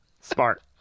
Smart